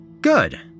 Good